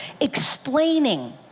explaining